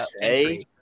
say